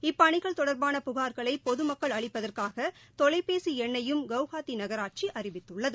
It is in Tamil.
இப்பணிகள் தொடர்பான புகார்களைபொதுமக்கள் அளிப்பதற்காகதொலைபேசிஎண்ணையும் குவாஹாத்திநகராட்சிஅறிவித்துள்ளது